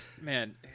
Man